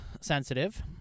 sensitive